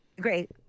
Great